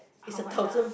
how much ah